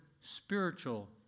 spiritual